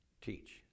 teach